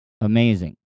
Amazing